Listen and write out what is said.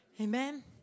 Amen